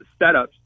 setups